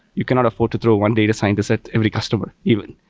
you cannot afford to throw one data scientist at every customer even.